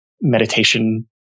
meditation